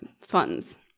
funds